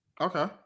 Okay